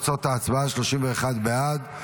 ההצבעה: 31 בעד,